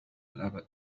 الأبد